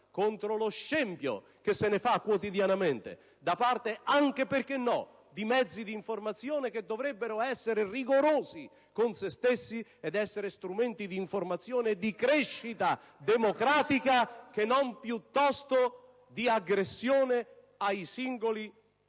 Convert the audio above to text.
contro lo scempio che se ne fa quotidianamente anche da parte - perché no? - di mezzi di informazione che dovrebbero essere rigorosi con loro stessi ed essere strumenti di informazione e di crescita democratica e non di aggressione ai singoli e